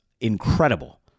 incredible